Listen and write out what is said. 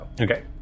Okay